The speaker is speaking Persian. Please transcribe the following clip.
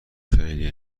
خیلی